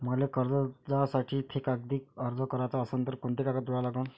मले कर्जासाठी थे कागदी अर्ज कराचा असन तर कुंते कागद जोडा लागन?